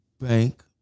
Bank